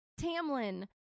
tamlin